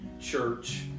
church